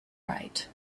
right